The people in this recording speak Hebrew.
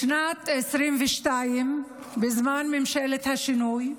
בשנת 2022, בזמן ממשלת השינוי,